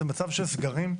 זה מצב של סגרים,